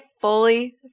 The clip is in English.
fully